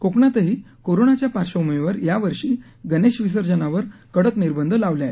कोकणातही कोरोनाच्या पार्श्वभूमीवर यावर्षी गणेश विसर्जनावर कडक निर्बंध लावले आहेत